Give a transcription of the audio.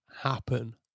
happen